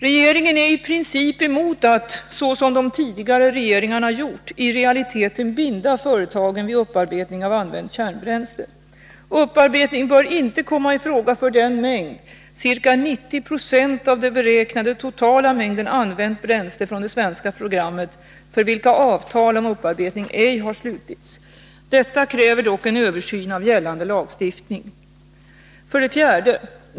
Regeringen äri princip emot att — såsom de tidigare regeringarna gjort — i realiteten binda företagen vid upparbetning av använt kärnbränsle. Upparbetning bör inte komma i fråga för den mängd — ca 90 20 av den beräknade totala mängden använt bränsle från det svenska programmet — för vilken avtal om upparbetning ej har slutits. Detta kräver dock en översyn av gällande lagstiftning. 4.